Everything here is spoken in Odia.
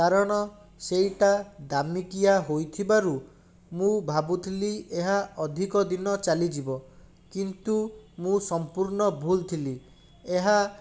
କାରଣ ସେଇଟା ଦାମିକିଆ ହୋଇଥିବାରୁ ମୁଁ ଭାବୁଥିଲି ଏହା ଅଧିକଦିନ ଚାଲିଯିବ କିନ୍ତୁ ମୁଁ ସମ୍ପୂର୍ଣ୍ଣ ଭୁଲ୍ ଥିଲି ଏହା